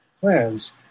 plans